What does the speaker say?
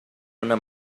una